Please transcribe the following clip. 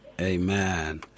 Amen